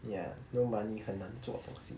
ya no money 很难做东西